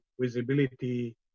visibility